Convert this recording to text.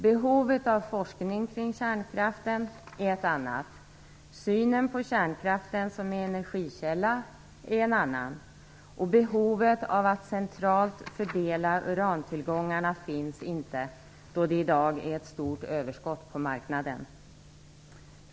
Behovet av forskning kring kärnkraften är ett annat, synen på kärnkraften som energikälla är en annan, och behovet att centralt fördela urantillgångarna finns inte, då det i dag finns ett stort överskott på marknaden.